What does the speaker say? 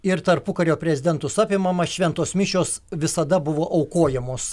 ir tarpukario prezidentus apimama šventos mišios visada buvo aukojamos